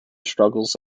struggles